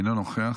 אינו נוכח,